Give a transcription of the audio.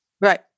Right